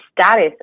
status